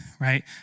right